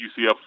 UCF